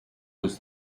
was